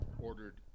ordered